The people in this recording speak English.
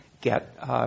get